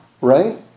right